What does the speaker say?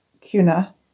Kuna